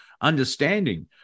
understanding